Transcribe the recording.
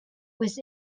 was